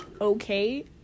okay